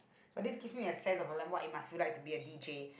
but this gives me a sense of like what it must feel like to be a DJ